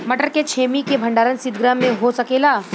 मटर के छेमी के भंडारन सितगृह में हो सकेला?